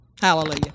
hallelujah